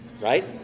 right